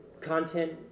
content